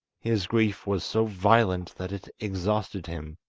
his grief was so violent, that it exhausted him,